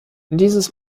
dieses